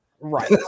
Right